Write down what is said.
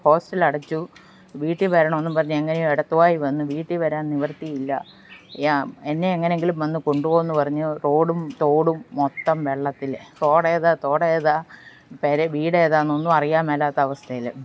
hostel അടച്ചു വീട്ടിൽ വരാണമെന്നും പറഞ്ഞ് എങ്ങനെയൊ എടത്വായിൽ വന്ന് വീട്ടിൽ വരാൻ നിവൃത്തിയില്ല യ എന്നെ എങ്ങനെയെങ്കിലും വന്ന് കൊണ്ടുപോകൂ എന്നു പറഞ്ഞ് റോഡും തോടും മൊത്തം വെള്ളത്തിൽ റോഡേതാണ് തോടേതാണ് പുര വീടേതാണെന്നൊന്നും അറിയാൻ മേലാത്ത അവസ്ഥയിൽ